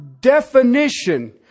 definition